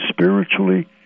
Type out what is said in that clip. spiritually